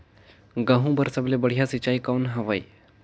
गहूं बर सबले बढ़िया सिंचाई कौन हवय?